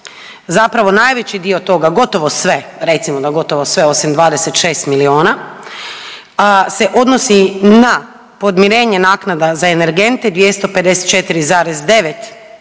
zapravo najveći dio toga, gotovo sve recimo da gotovo sve osim 26 milijuna se odnosi na podmirenje naknada za energente 254,9 milijuna